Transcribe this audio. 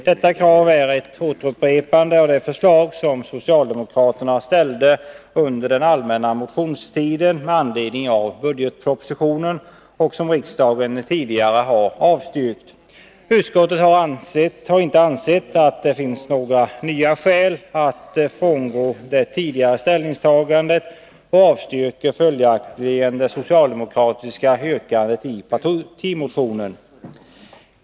Detta krav är ett upprepande av det förslag som socialdemokraterna ställde under den allmänna motionstiden med anledning av budgetpropositionen och som riksdagen tidigare har avslagit. Utskottet har inte ansett att det finns några nya skäl att frångå det tidigare ställningstagandet och avstyrker följaktligen det socialdemokratiska yrkandet i partimotionen.